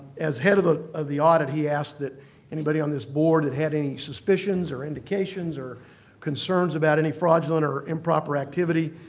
as head of ah of the audit, he asked that anybody on this board that had any suspicions or indications or concerns about any fraudulent or improper activity,